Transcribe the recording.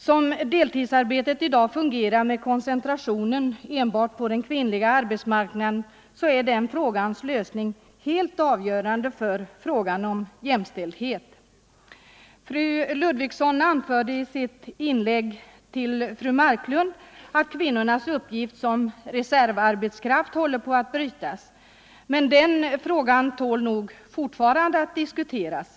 Som deltidsarbetet i dag fungerar med kon Nr 130 centrationen enbart på den kvinnliga arbetsmarknaden är den frågans Torsdagen den lösning helt avgörande för frågan om jämställdheten. 28 november 1974 Fru Ludvigsson anförde i sitt inlägg till fru Marklund att kvinnornas uppgift som reservarbetskraft håller på att brytas, men den saken tål — Jämställdhet nog fortfarande att diskuteras.